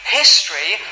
history